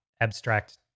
abstract